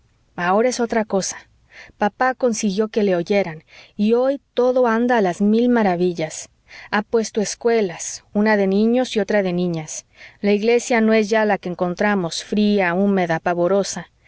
ahora es otra cosa papá consiguió que le oyeran y hoy todo anda a las mil maravillas ha puesto escuelas una de niños y otra de niñas la iglesia no es ya la que encontramos fría húmeda pavorosa